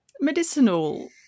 Medicinal